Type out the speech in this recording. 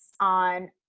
on